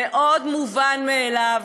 מאוד מובן מאליו,